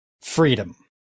freedom